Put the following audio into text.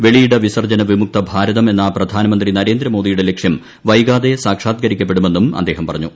വെളിയിട വിസർജന വിമുക്ത ഭാരതം എന്ന പ്രധാനമന്ത്രി നരേന്ദ്രമോദിയുടെ ലക്ഷ്യം വൈകാതെ സാക്ഷാൽക്കരിക്കപ്പെടുമെന്നും അദ്ദേഹം പറഞ്ഞു